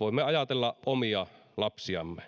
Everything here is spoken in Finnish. voimme ajatella omia lapsiamme